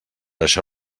això